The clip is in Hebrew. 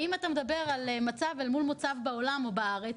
ואם אתה מדבר על מצב אל מצב בעולם או בארץ,